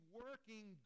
working